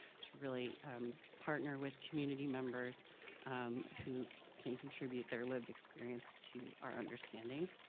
to really partner with community members who can contribute their lived experience to our understanding,